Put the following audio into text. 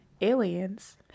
aliens